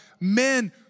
Men